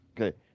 Okay